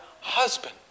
husband